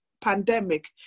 pandemic